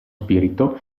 spirito